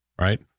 Right